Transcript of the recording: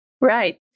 right